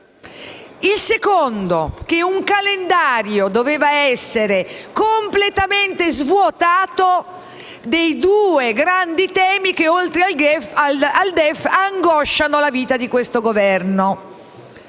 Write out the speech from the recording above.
Il secondo è che un calendario doveva essere completamente svuotato dei due grandi temi che, oltre al DEF, angosciano la vita di questo Governo,